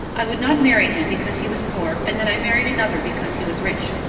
i would not marry him because he was poor and then i married another because he was rich.